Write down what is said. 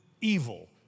evil